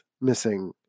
missing